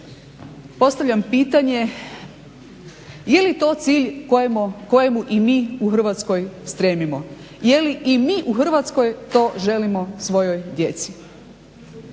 Postavljam pitanje je li to cilj kojemu i mi u Hrvatskoj stremimo? Je li i mi u Hrvatskoj to želimo svojoj djeci?